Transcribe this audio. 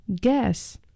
Guess